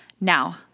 Now